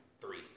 three